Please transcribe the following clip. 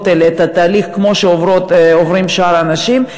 האלה את התהליך כמו שעוברים שאר האנשים.